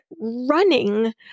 running